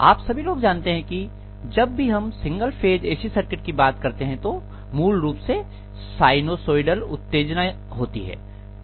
आप सभी लोग जानते हैं की जब भी हम सिंगल फेज एसी सर्किट की बात करते हैं तो मूल रूप से साइनसोइडल उत्तेजना होती है